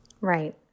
Right